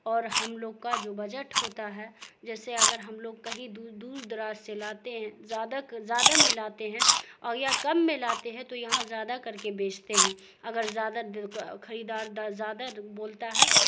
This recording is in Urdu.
اور ہم لوگ کا جو بجٹ ہوتا ہے جیسے اگر ہم لوگ کہیں دور دراز سے لاتے ہیں زیادہ زیادہ میں لاتے ہیں اور یا کم میں لاتے ہیں تو یہاں زیادہ کر کے بیچتے ہیں اگر زیادہ خریدار زیادہ بولتا ہے